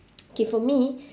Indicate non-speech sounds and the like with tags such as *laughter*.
*noise* okay for me